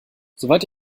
soweit